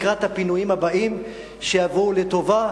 לקראת הפינויים הבאים שיבואו לטובה.